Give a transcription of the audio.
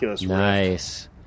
Nice